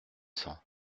cents